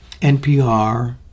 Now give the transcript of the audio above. NPR